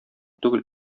түгел